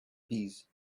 bees